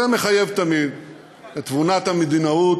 זה מחייב תמיד את תבונת המדינאות.